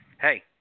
hey